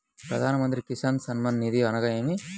ప్రధాన మంత్రి కిసాన్ సన్మాన్ నిధి అనగా ఏమి?